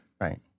right